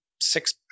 six